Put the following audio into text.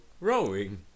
rowing